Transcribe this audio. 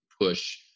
push